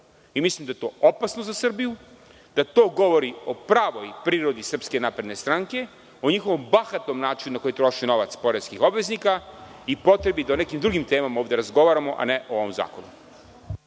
Mislim da je to opasno za Srbiju, da to govori o pravoj prirodi SNS, o njihovom bahatom načinu na koji troše novac poreskih obveznika i potrebi da o nekim drugim temama ovde razgovaramo, a ne o ovom zakonu.